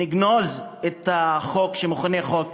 נגנוז את החוק שמכונה חוק פראוור,